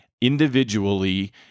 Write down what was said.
individually